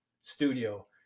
studio